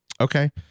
Okay